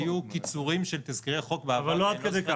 היו קיצורים של תזכירי חוק בעבר -- לא עד כדי כך.